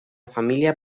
familia